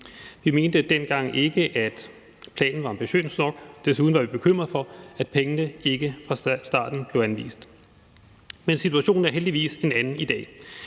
Vi mente dengang ikke, at planen var ambitiøs nok, og desuden var vi bekymrede for, at pengene ikke fra starten blev anvist. Men situationen er heldigvis en anden i dag.